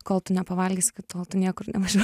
kol tu nepavalgysi tol tu niekur nevažiuo